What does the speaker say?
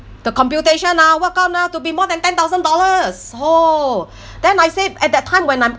the computation ah work count ah to be more than ten thousand dollars hor then I said at that time when I'm